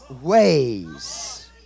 ways